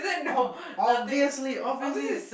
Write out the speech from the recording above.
ob~ obviously obviously